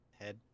Head